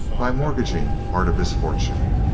by mortgaging part of his fortune.